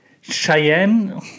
cheyenne